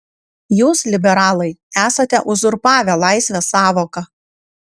jūs liberalai esate uzurpavę laisvės sąvoką